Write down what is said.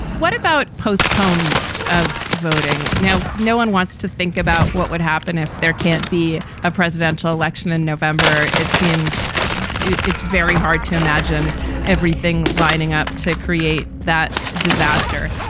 what about postponement of voting? now, no one wants to think about what would happen if there can't be a presidential election in november. it seems it's very hard to imagine everything lining up to create that disaster.